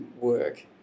work